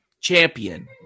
champion